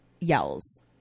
yells